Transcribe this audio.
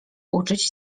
uczyć